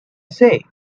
say